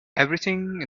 everything